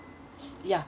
ya